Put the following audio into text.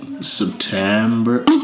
September